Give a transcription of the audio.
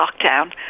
lockdown